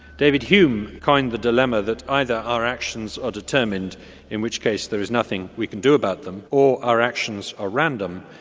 david hume coined the dilemma that either our actions are determined in which case there is nothing we can do about them or our actions are random,